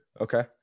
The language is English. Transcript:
okay